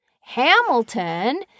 Hamilton